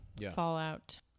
fallout